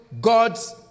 God's